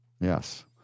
Yes